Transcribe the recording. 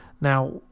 Now